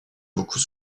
beaucoup